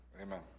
Amen